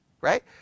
Right